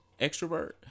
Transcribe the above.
extrovert